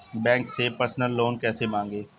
Bank से personal loan कैसे मांगें?